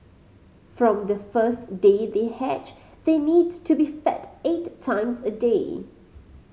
from the first day they hatch they need to be fed eight times a day